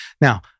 Now